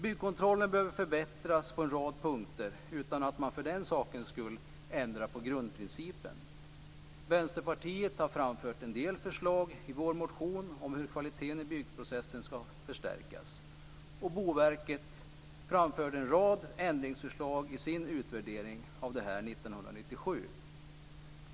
Byggkontrollen behöver förbättras på en rad punkter, utan att man för den skull ändrar på grundprincipen. Vi i Vänsterpartiet har framfört en del förslag i vår motion om hur kvaliteten i byggprocessen skall förstärkas. Boverket framförde en rad ändringsförslag i sin utvärdering av det här 1997.